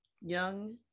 young